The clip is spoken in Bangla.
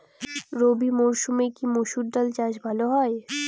রবি মরসুমে কি মসুর ডাল চাষ ভালো হয়?